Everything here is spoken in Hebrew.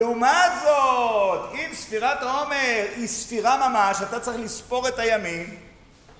ומה הזאת, אם ספירת העומר היא ספירה ממש, אתה צריך לספור את הימים